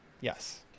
yes